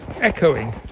echoing